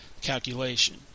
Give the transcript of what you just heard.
calculation